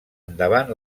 endavant